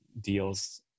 deals